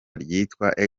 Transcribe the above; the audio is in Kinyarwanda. ryitwa